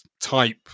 type